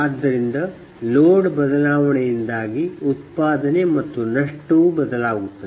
ಆದ್ದರಿಂದ ಲೋಡ್ ಬದಲಾವಣೆಯಿಂದಾಗಿ ಉತ್ಪಾದನೆ ಮತ್ತು ನಷ್ಟವೂ ಬದಲಾಗುತ್ತದೆ